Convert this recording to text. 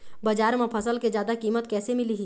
बजार म फसल के जादा कीमत कैसे मिलही?